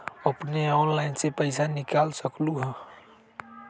अपने ऑनलाइन से पईसा निकाल सकलहु ह?